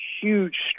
huge